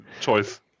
choice